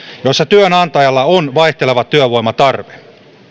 joissa työnantajalla on vaihteleva työvoimatarve